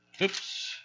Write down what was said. Oops